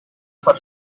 for